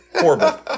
horrible